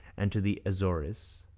and to the azores,